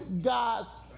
God's